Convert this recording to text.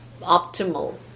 optimal